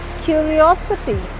curiosity